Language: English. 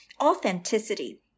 authenticity